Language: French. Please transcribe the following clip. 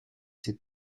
ses